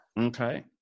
Okay